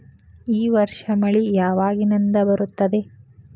ಈ ವರ್ಷ ಮಳಿ ಯಾವಾಗಿನಿಂದ ಬರುತ್ತದೆ?